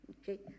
Okay